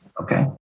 Okay